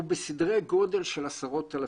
הוא בסדרי גודל של עשרות אלפים.